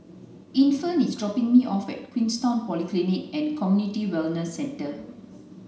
infant is dropping me off at Queenstown Polyclinic and Community Wellness Centre